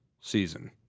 season